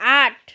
আট